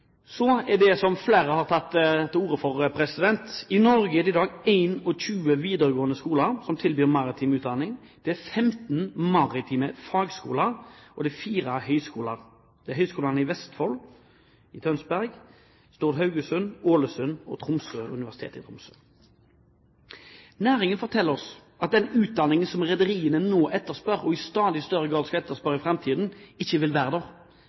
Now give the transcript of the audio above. Så til det som flere har tatt til orde for: I Norge er det i dag 21 videregående skoler som tilbyr maritim utdanning. Det er 15 maritime fagskoler og fire høyskoler/universiteter. Det er Høgskolen i Vestfold, tidligere i Tønsberg, Høgskolen Stord/Haugesund, Høgskolen i Ålesund og Høgskolen i Tromsø/ Universitetet i Tromsø. Næringen forteller at den utdanningen som rederiene nå etterspør, og som de i stadig større grad vil etterspørre, ikke vil være der